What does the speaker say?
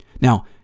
Now